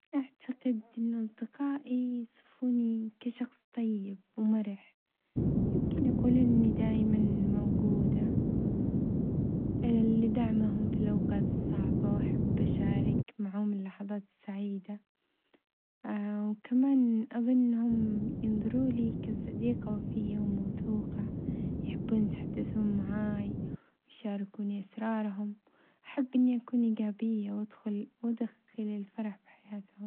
أعتقد أنه أصدقائي يصفوني كشخص طيب ومرح يمكن يقولون إني دايمًا موجودة لدعمهم في الأوقات الصعبة وأحب أشارك معاهم اللحظات السعيدة، وكمان أظنهم ينظرولي كصديقة وفية وموثوقة يحبون يتحدثون معاي ويشاركوني أسرارهم، أحب إني أكون إيجابية وأدخل وأدخل الفرح بحياتهم.